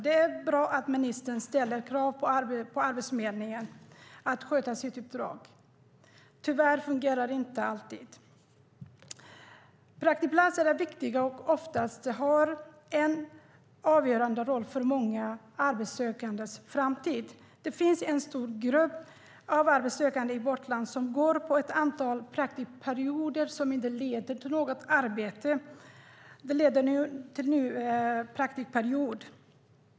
Det är bra att ministern ställer krav på Arbetsförmedlingen att sköta sitt uppdrag. Tyvärr fungerar det inte alltid. Praktikplatser har ofta en avgörande roll för många arbetssökandes framtid. Men det finns en stor grupp av arbetssökande i vårt land som går på ett antal praktikperioder som inte leder till något arbete utan bara till en ny praktikperiod.